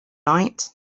night